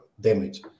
damage